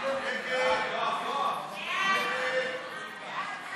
ההצעה להעביר לוועדה את